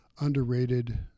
underrated